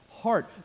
heart